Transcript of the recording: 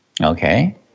Okay